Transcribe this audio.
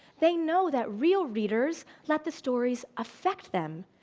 they know that real readers let the stories affect them.